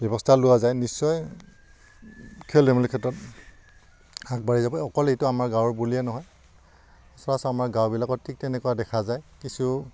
ব্যৱস্থা লোৱা যায় নিশ্চয় খেল ধেমালিৰ ক্ষেত্ৰত আগবাঢ়ি যাব অকল এইটো আমাৰ গাঁৱৰ বুলিয়ে নহয় সচৰাচৰ আমাৰ গাঁওবিলাকত ঠিক তেনেকুৱা দেখা যায় কিছু